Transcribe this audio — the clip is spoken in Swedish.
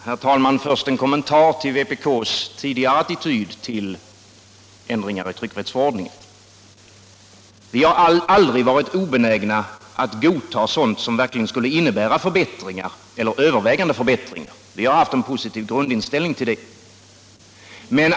Herr talman! Först en kommentar till vpk:s tidigare attityd till ändringar i tryckfrihetsförordningen. Vi har aldrig varit obenägna att godta sådant som verkligen skulle innebära förbättringar eller åtminstone övervägande förbättringar; till det har vi haft en positiv grundinställning.